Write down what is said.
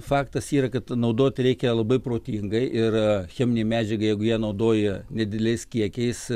faktas yra kad naudoti reikia labai protingai ir cheminei medžiagai jeigu ją naudoja dideliais kiekiais